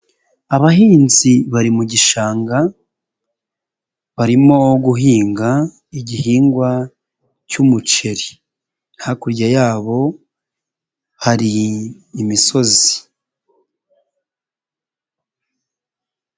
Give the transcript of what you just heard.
Abahinzi bari mu gishanga, barimo guhinga igihingwa cy'umuceri. Hakurya yabo hari imisozi.